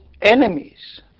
enemies